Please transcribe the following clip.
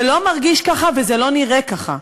זה לא מרגיש ככה וזה לא נראה ככה.